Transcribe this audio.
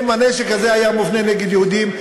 אם הנשק הזה היה מופנה נגד יהודים,